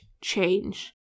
change